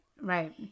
right